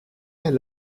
elle